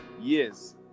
Yes